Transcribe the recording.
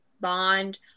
bond